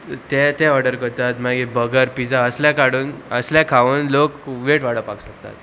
ते ते ऑर्डर करतात मागीर बगर पिझ्झा असल्या काडून असले खावन लोक वेट वाडोपाक सोदतात